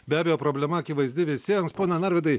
be abejo problema akivaizdi visiems pone narvydai